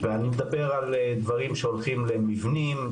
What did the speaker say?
ואני מדבר על דברים שהולכים למבנים,